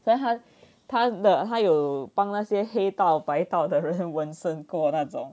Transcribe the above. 所以他他的他有帮那些黑道白道的人纹身过那种